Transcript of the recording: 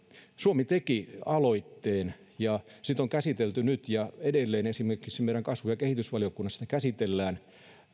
suomi teki aloitteen sitä on nyt käsitelty ja edelleen käsitellään esimerkiksi meidän kasvu ja kehitysvaliokunnassa